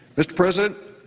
mr. president,